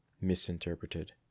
misinterpreted